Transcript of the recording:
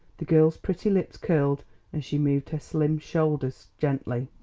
the girl's pretty lips curled and she moved her slim shoulders gently.